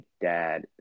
dad